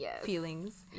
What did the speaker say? feelings